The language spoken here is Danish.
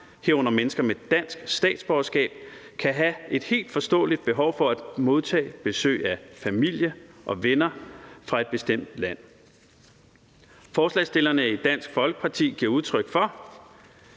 herunder mennesker med dansk statsborgerskab, kan have et helt forståeligt behov for at modtage besøg af familie og venner fra et bestemt land? Forslagsstillerne i Dansk Folkeparti giver udtryk for